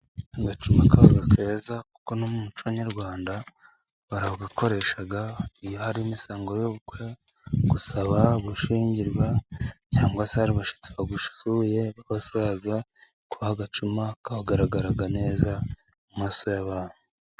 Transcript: Agacuma kaba keza kuko n'umuco nyarwanda barakoresha iyo hari imisango y'ubukwe, gusaba, gushyigirwa cyangwa se hari abashyitsi bagusuye b'abasaza kubaha agacuma kagaragara neza mu maso y'abantu.